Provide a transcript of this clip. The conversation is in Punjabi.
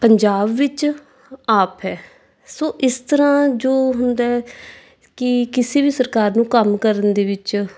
ਪੰਜਾਬ ਵਿੱਚ ਆਪ ਹੈ ਸੋ ਇਸ ਤਰ੍ਹਾਂ ਜੋ ਹੁੰਦਾ ਕਿ ਕਿਸੇ ਵੀ ਸਰਕਾਰ ਨੂੰ ਕੰਮ ਕਰਨ ਦੇ ਵਿੱਚ